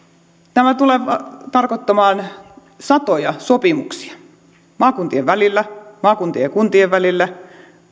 tämä tulee tarkoittamaan satoja sopimuksia maakuntien välillä maakuntien ja kuntien välillä